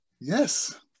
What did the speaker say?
yes